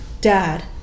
dad